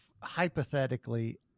hypothetically